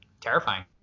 terrifying